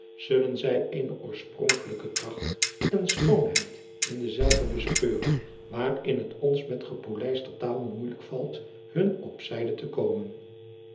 zullen zij eene oorsponkelijke kracht en schoonheid in dezelve bespeuren waarin het ons met gepolijster taal moeijelijk valt hun op zijde te komen